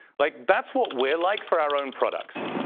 like that's what we're like for our own products.